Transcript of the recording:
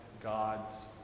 God's